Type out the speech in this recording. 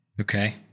Okay